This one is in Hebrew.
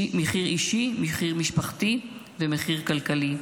מחיר משפחתי ומחיר כלכלי.